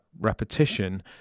repetition